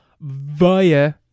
via